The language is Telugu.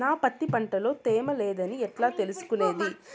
నా పత్తి పంట లో తేమ లేదని ఎట్లా తెలుసుకునేది?